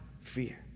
fear